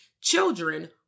children